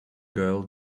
girl